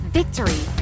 victory